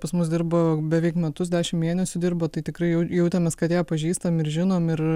pas mus dirbo beveik metus dešim mėnesių dirbo tai tikrai jautėmės kad jie pažįstam ir žinom ir